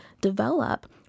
develop